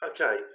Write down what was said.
Okay